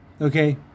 Okay